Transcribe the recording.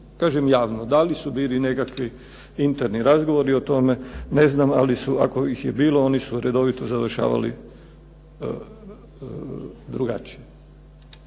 Kažem javno. Da li su bili nekakvi interni razgovori o tome, ne znam, ali su, ako ih je bilo oni su redovito završavali drugačije.